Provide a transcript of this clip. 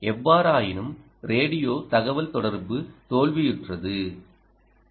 எவ்வாறாயினும் ரேடியோ தகவல்தொடர்பு தோல்வியுற்றது எல்